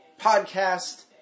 Podcast